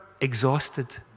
exhausted